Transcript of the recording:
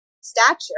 stature